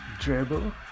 Dribble